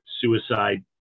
suicide